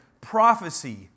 Prophecy